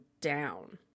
down